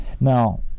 Now